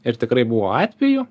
ir tikrai buvo atvejų